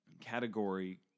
category